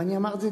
ואני אמרתי,